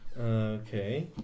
Okay